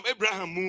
Abraham